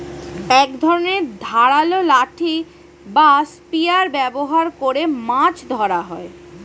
এক ধরনের ধারালো লাঠি বা স্পিয়ার ব্যবহার করে মাছ ধরা হয়